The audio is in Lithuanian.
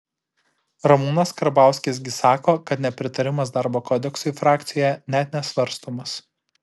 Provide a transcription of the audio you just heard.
ramūnas karbauskis gi sako kad nepritarimas darbo kodeksui frakcijoje net nesvarstomas